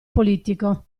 politico